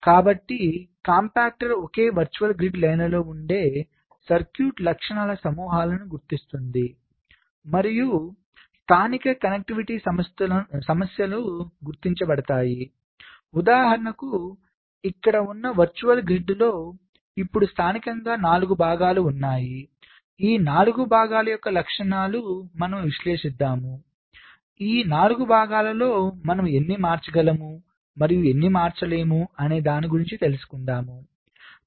కాబట్టి కాంపాక్టర్ ఒకే virtual grid లైన్లలో ఉండే సర్క్యూట్ లక్షణాల సమూహాలను గుర్తిస్తుంది మరియు స్థానిక కనెక్టివిటీ సమస్యలు గుర్తించబడతాయి ఉదాహరణకు ఇక్కడ ఉన్న వర్చువల్ గ్రిడ్ లో ఇప్పుడు స్థానికంగా 4 భాగాలు ఉన్నాయి ఈ 4 భాగాల యొక్క లక్షణాలు మనము విశ్లేషిద్దాం ఈ 4 భాగాలలో మనము ఎన్ని మార్చగలం మరియు ఎన్ని మార్చలేము అనేదాని గురించి తెలుసుకుందాం